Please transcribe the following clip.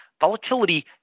Volatility